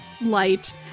light